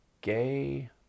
gay